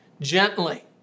gently